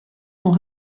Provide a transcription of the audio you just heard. sont